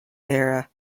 era